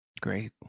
Great